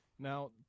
Now